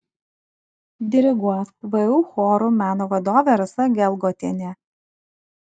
diriguos vu chorų meno vadovė rasa gelgotienė